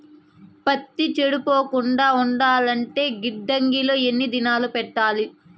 పత్తి చెడిపోకుండా ఉండాలంటే గిడ్డంగి లో ఎన్ని దినాలు పెట్టాలి?